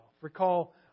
Recall